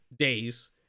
days